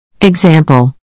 Example